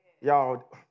Y'all